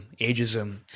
ageism